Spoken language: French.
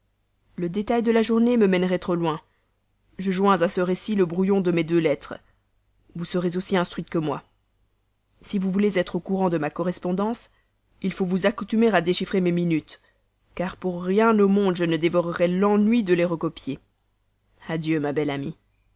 le détail du reste de la journée me mènerait trop loin je joins à ce récit le brouillon de mes deux lettres vous serez aussi instruite que moi si vous voulez être au courant de cette correspondance il faut vous accoutumer à déchiffrer mes minutes car pour rien au monde je ne dévorerais l'ennui de les recopier adieu ma belle amie